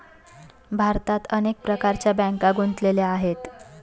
भारतात अनेक प्रकारच्या बँका गुंतलेल्या आहेत